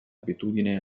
abitudini